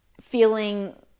feeling